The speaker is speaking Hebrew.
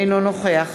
אינו נוכח